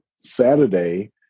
Saturday